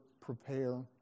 prepare